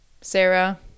sarah